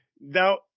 Now